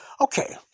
Okay